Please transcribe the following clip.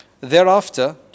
thereafter